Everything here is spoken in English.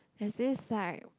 there's this like